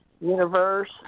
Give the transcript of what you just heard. universe